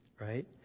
Right